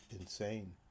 insane